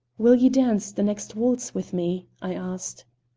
will you dance the next waltz with me? i asked.